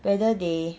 whether they